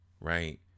right